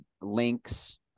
links